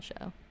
show